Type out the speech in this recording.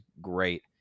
great